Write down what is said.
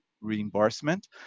reimbursement